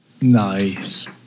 Nice